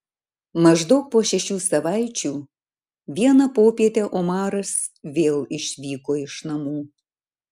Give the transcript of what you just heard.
maždaug po šešių savaičių vieną popietę omaras vėl išvyko iš namų